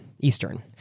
Eastern